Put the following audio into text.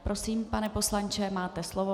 Prosím, pane poslanče, máte slovo.